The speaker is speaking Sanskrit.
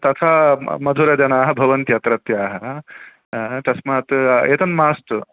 तथा म मधुरजनाः भवन्ति अत्रत्याः तस्मात् एतन् मास्तु